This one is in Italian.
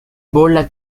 bolla